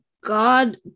god